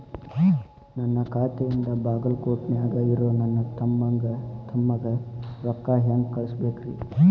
ನನ್ನ ಖಾತೆಯಿಂದ ಬಾಗಲ್ಕೋಟ್ ನ್ಯಾಗ್ ಇರೋ ನನ್ನ ತಮ್ಮಗ ರೊಕ್ಕ ಹೆಂಗ್ ಕಳಸಬೇಕ್ರಿ?